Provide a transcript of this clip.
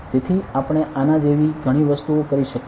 તેથી આપણે આના જેવી ઘણી વસ્તુઓ કરી શકીએ